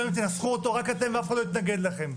גם אם תנסחו אותו רק אתם ואף אחד לא יתנגד לכם.